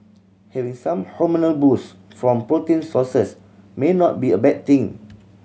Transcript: having some hormonal boost from protein sources may not be a bad thing